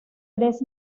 tres